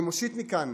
אני מושיט מכאן